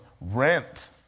rent